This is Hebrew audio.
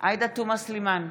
עאידה תומא סלימאן,